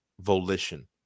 volition